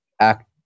act